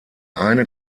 eine